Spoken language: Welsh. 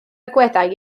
agweddau